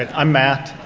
and um matt.